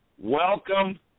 Welcome